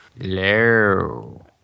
Hello